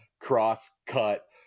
cross-cut